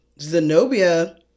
Zenobia